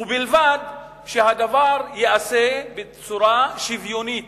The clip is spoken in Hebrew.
ובלבד שהדבר ייעשה בצורה שוויונית,